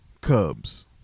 Cubs